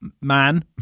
man